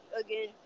Again